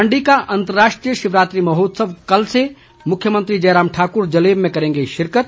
मंडी का अंतर्राष्ट्रीय शिवरात्रि महोत्सव कल से मुख्यमंत्री जयराम ठाकुर जलेब में करेंगे शिरकत